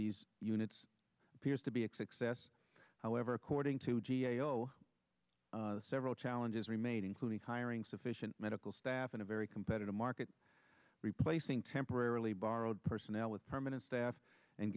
these units appears to be excess however according to g a o several challenges remain including hiring sufficient medical staff in a very competitive market replacing temporarily borrowed personnel with permanent staff and